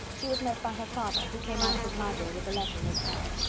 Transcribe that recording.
she was met by her father, who came out of his library with a letter in his hand.